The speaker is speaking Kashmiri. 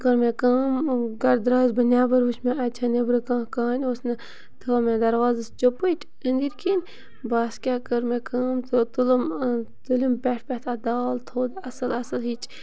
کٔر مےٚ کٲم گَرٕ درٛایَس بہٕ نٮ۪بَر وٕچھ مےٚ اَتہِ چھےٚ نٮ۪برٕ کانٛہہ کانہِ اوس نہٕ تھٲو مےٚ دَروازَس چٔپٕٹۍ أنٛدٕرۍ کِنۍ بَس کیٛاہ کٔر مےٚ کٲم تہٕ تُلُم تہٕ تُلِم پٮ۪ٹھٕ پٮ۪ٹھٕ اَتھ دال تھوٚد اَصٕل اَصل ہِچ